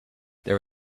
there